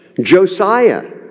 Josiah